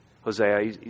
Hosea